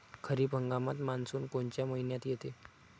खरीप हंगामात मान्सून कोनच्या मइन्यात येते?